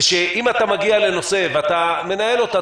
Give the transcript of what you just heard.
ושאם אתה מגיע לנושא ואתה מנהל אותו,